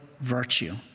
virtue